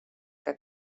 que